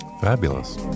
Fabulous